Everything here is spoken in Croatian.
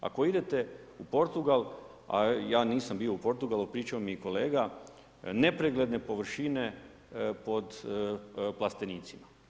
Ako idete u Portugal, ja nisam bio u Portugalu, pričao mi je kolega, nepregledne površine pod plastenicima.